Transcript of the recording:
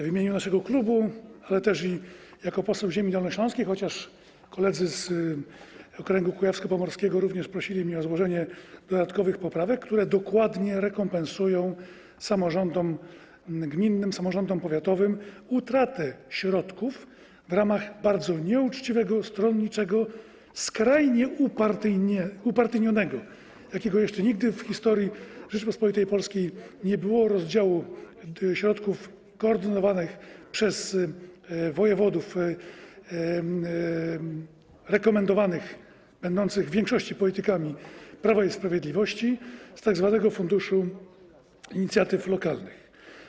W imieniu naszego klubu, ale też jako poseł ziemi dolnośląskiej, chociaż koledzy z okręgu kujawsko-pomorskiego również prosili mnie o złożenie dodatkowych poprawek, chciałbym złożyć poprawki, które dokładnie rekompensują samorządom gminnym, samorządom powiatowym utratę środków w ramach bardzo nieuczciwego, stronniczego, skrajnie upartyjnionego, jakiego jeszcze nigdy w historii Rzeczypospolitej Polskiej nie było, rozdziału środków koordynowanego przez wojewodów rekomendowanych czy będących w większości politykami Prawa i Sprawiedliwości z tzw. funduszu inicjatyw lokalnych.